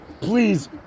please